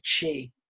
chi